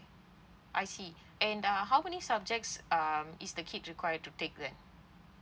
I see and uh how many subjects um is the kid required to take that